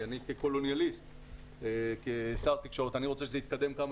כשר תקשורת אני רוצה שזה יתקדם כמה